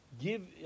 give